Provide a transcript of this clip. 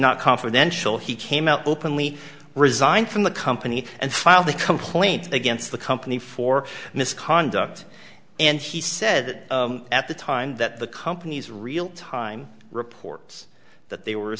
not confidential he came out openly resigned from the company and filed a complaint against the company for misconduct and he said at the time that the company's real time reports that they were